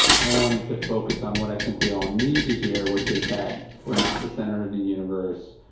i wanted to focus on what i think we all need to hear which is that we are not the centre of the universe,